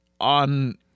on